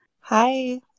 Hi